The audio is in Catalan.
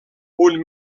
punt